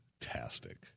fantastic